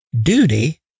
duty